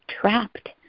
trapped